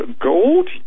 gold